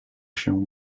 się